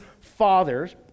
fathers